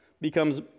becomes